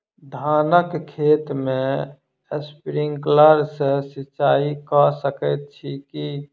धानक खेत मे स्प्रिंकलर सँ सिंचाईं कऽ सकैत छी की?